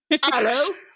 Hello